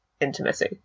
intimacy